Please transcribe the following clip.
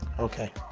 okay,